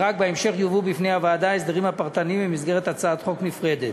ורק בהמשך יובאו בפני הוועדה ההסדרים הפרטניים במסגרת הצעת חוק נפרדת.